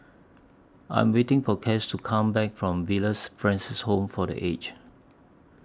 I Am waiting For Cas to Come Back from Villa Francis Home For The Aged